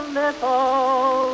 little